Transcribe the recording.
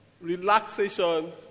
relaxation